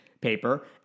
paper